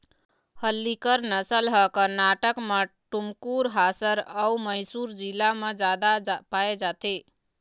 हल्लीकर नसल ह करनाटक म टुमकुर, हासर अउ मइसुर जिला म जादा पाए जाथे